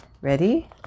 ready